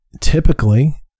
typically